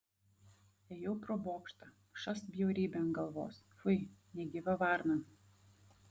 ėjau pro bokštą šast bjaurybė ant galvos fui negyva varna